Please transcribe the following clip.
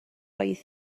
oedd